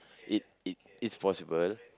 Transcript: it it it's possible